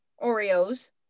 Oreos